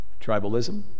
tribalism